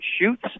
shoots